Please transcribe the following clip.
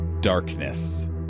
darkness